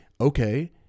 okay